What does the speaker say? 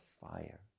fire